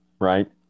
right